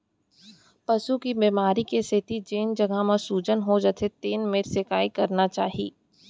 पसू के बेमारी के सेती जेन जघा म सूजन हो जाथे तेन मेर सेंकाई करना चाही